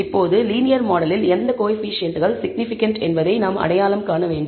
இப்போது லீனியர் மாடலில் எந்த கோஎஃபீஷியேன்ட்கள் சிக்னிபிகண்ட் என்பதை நாம் அடையாளம் காண வேண்டும்